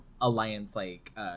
alliance-like